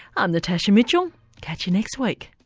i'm natasha mitchell catch you next week